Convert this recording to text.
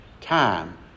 Time